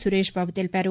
సురేష్ బాబు తెలిపారు